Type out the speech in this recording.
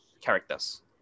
characters